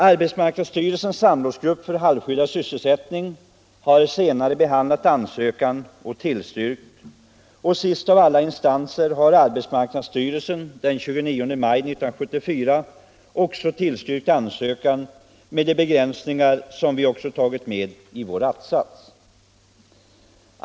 Arbetsmarknadsstyrelsens samrådsgrupp för halvskyddad sysselsättning har också behandlat ansökan och tillstyrkt den. Sist av alla instanser har arbetsmarknadsstyrelsen den 29 maj 1974 också tillstyrkt ansökan med vissa begränsningar, som vi tagit med i att-satsen i motionen.